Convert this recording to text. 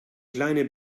kleine